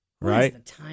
right